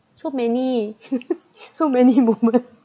so many so many moments